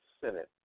Senate